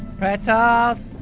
pretzels!